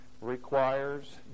requires